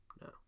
no